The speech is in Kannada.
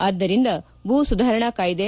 ಆದ್ದರಿಂದ ಭೂ ಸುಧಾರಣಾ ಕಾಯ್ಸೆ